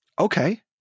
Okay